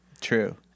True